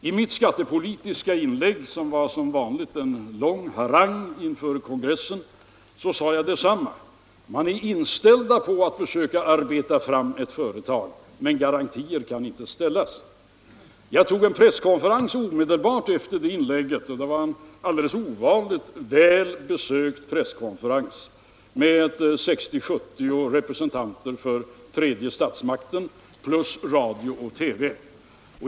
I mitt skattepolitiska inlägg, vilket som vanligt var en lång inlaga inför kongressen, sade jag detsamma - man är inställd på att försöka arbeta fram ett förslag, men garantier kan inte ställas. Jag sammankallade en presskonferens omedelbart efter det inlägget, och det blev en alldeles ovanligt väl besökt sådan med 60-70 representanter för tredje statsmakten plus radio och TV.